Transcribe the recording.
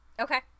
okay